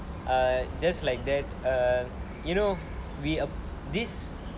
err just like that err you know we err this